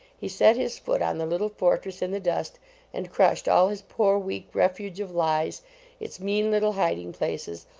he set his foot on the little fortress in the dust and crushed all his poor, weak refuge of lies its mean little hiding places,